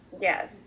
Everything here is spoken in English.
Yes